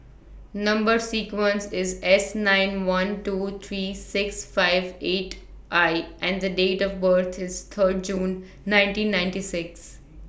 Number sequence IS S nine one two three six five eight I and The Date of birth IS Third June nineteen ninety six